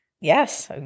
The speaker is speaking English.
Yes